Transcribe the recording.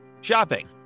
Shopping